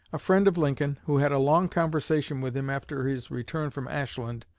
a friend of lincoln, who had a long conversation with him after his return from ashland,